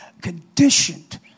conditioned